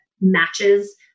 matches